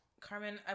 Carmen